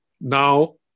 Now